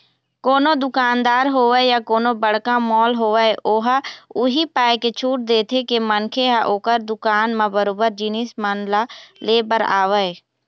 कोनो दुकानदार होवय या कोनो बड़का मॉल होवय ओहा उही पाय के छूट देथे के मनखे ह ओखर दुकान म बरोबर जिनिस मन ल ले बर आवय